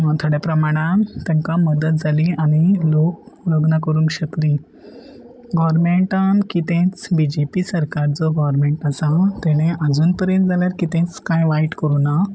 थोड्या प्रमाणान तांकां मदत जाली आनी लोक लग्न करूंक शकली गोरमेंटान कितेंच बी जे पी सरकार जो गोवर्मेंट आसा तेणे आजून पर्यंत जाल्यार कितेंच कांय वायट करूं ना